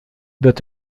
wird